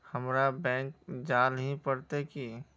हमरा बैंक जाल ही पड़ते की?